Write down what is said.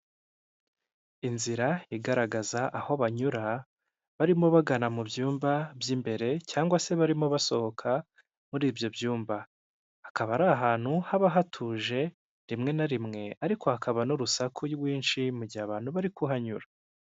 Inzira igaragaza aho banyura, barimo bagana mu byumba by'imbere, cyangwa se barimo basohoka muri ibyo byumba. Hakaba ari ahantu haba hatuje rimwe na rimwe, ariko hakaba n'urusaku rwinshi, mu gihe abantu bari kuhanyura.